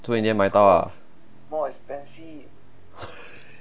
so in the end 买到啊